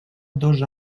dos